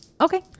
Okay